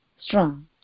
strong